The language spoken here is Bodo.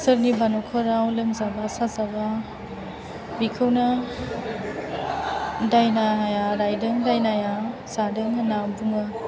सोरनिबा नखराव लोमजाबा साजाबा बिखौनो दायनाया रायदों दायनाया जादों होनना बुङो